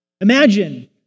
Imagine